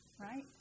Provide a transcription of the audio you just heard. Right